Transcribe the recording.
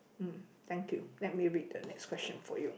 mm thank you let me read the next question for you